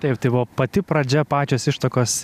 taip tai buvo pati pradžia pačios ištakos